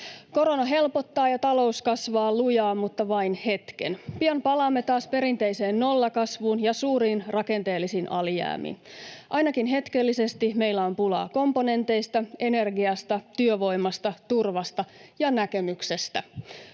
Korona helpottaa ja talous kasvaa lujaa, mutta vain hetken. Pian palaamme taas perinteiseen nollakasvuun ja suuriin rakenteellisiin alijäämiin. Ainakin hetkellisesti meillä on pulaa komponenteista, energiasta, työvoimasta, turvasta ja näkemyksestä.